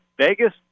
Vegas